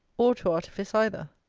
or to artifice either.